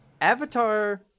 avatar